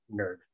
nerd